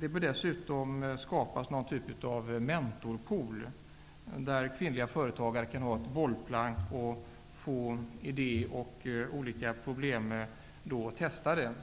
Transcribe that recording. Det bör dessutom skapas någon typ av mentorpool, där kvinnliga företagare kan finna ett bollplank och få idéer och olika problem testade.